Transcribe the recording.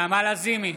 נעמה לזימי,